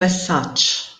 messaġġ